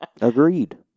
Agreed